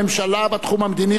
החברתי והכלכלי,